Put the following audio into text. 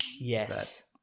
yes